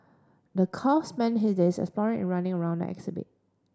the calf spend his days exploring and running around the exhibit